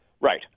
Right